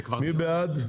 מי בעד?